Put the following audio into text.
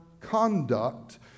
conduct